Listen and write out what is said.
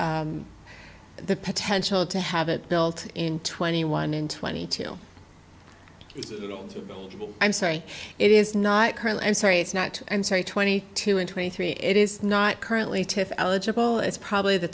the potential to have it built in twenty one in twenty two i'm sorry it is not currently i'm sorry it's not i'm sorry twenty two and twenty three it is not currently tiff eligible it's probably the